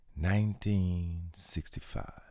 1965